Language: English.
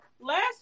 last